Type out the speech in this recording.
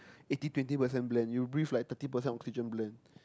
eighty twenty percent blend you will breathe like thirty percent oxygen blend